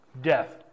Death